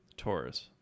Taurus